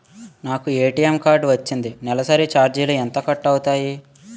నాకు ATM card వచ్చింది నెలసరి ఛార్జీలు ఎంత కట్ అవ్తున్నాయి?